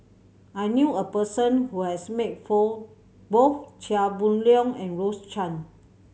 I knew a person who has met for both Chia Boon Leong and Rose Chan